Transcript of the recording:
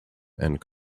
and